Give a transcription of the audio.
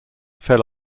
fell